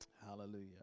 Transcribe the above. Hallelujah